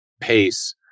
pace